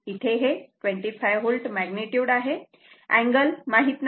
तर इथे हे 25 V मॅग्निट्युड आहे अँगल माहित नाही